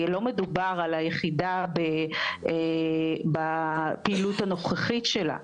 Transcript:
כי לא מדובר על היחידה בפעילות הנוכחות שלה.